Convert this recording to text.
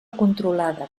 controlada